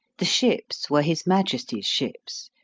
the ships were his majesty's ships,